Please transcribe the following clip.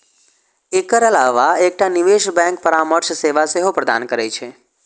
एकर अलावा एकटा निवेश बैंक परामर्श सेवा सेहो प्रदान करै छै